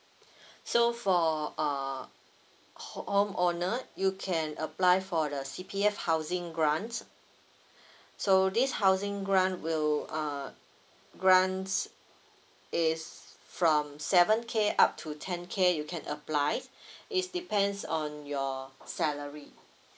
so for uh home owner you can apply for the C_P_F housing grant so this housing grant will uh grant is from seven K up to ten K you can apply it's depends on your salary